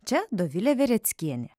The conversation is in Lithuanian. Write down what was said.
čia dovilė vereckienė